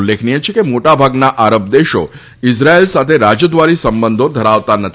ઉલ્લેખનીય છે કે મોટાભાગના આરબ દેશો ઇઝરાયેલ સાથે રાજદ્વારી સંબંધો ધરાવતા નથી